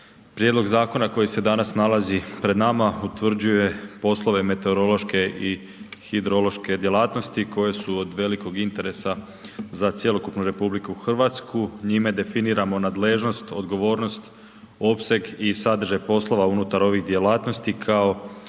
Prijedlog zakona koji se danas nalazi pred nama utvrđuje poslove meteorološke i hidrološke djelatnosti koje su od velikog interesa za cjelokupnu RH, njime definiramo nadležnost, odgovornost, opseg i sadržaj poslova unutar ovih djelatnosti kao